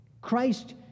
Christ